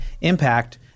impact